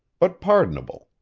but pardonable,